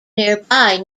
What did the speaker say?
nearby